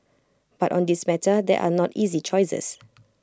but on this matter there are not easy choices